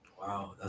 Wow